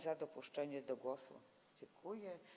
Za dopuszczenie do głosu dziękuję.